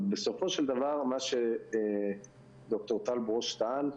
בסופו של דבר מה שד"ר טל ברוש טען,